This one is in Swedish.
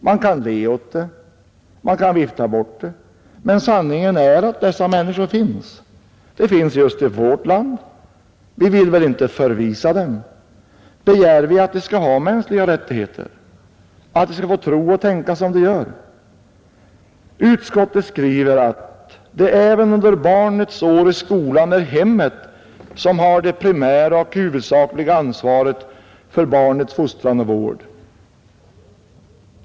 Man kan le åt det, man kan vifta bort det, men sanningen är att dessa människor finns. De finns i vårt land. Vi vill väl inte förvisa dem? Begär vi att de skall ha mänskliga rättigheter? Att de skall få tro och tänka som de gör? Utskottet skriver att ”det även under barnets år i skolan är hemmet som har det primära och huvudsakliga ansvaret för barnets fostran och vård”.